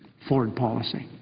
ford policy,